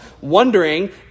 wondering